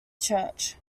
church